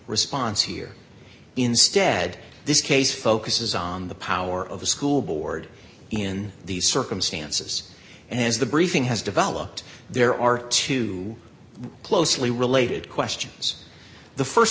response here instead this case focuses on the power of a school board in these circumstances and the briefing has developed there are two closely related questions the